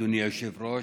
אדוני היושב-ראש.